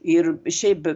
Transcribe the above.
ir šiaip